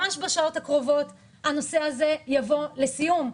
ממש בשעות הקרובות הנושא הזה יבוא לסיום.